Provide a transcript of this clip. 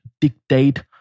dictate